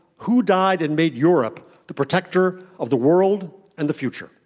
who died and made europe the protector of the world and the future?